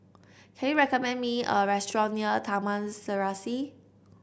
can you recommend me a restaurant near Taman Serasi